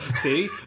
See